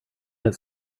get